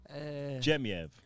Jemiev